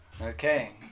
Okay